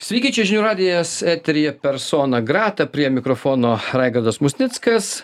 sveiki čia žinių radijas eteryje persona grata prie mikrofono raigardas musnickas